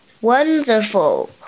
Wonderful